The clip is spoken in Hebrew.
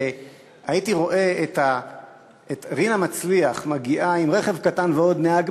שהייתי רואה את רינה מצליח מגיעה עם רכב קטן ועוד נהג,